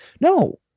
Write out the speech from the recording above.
No